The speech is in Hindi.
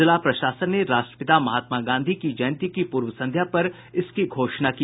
जिला प्रशासन ने राष्ट्रपिता महात्मा गांधी की जयंती की पूर्व संध्या पर इसकी घोषणा की